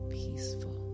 peaceful